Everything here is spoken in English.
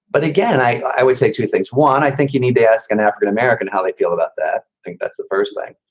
but again, i i would say two things. one, i think you need to ask an african-american how they feel about that. i think that's the first thing.